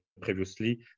previously